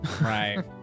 Right